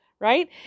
right